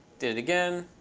did it again,